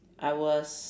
I was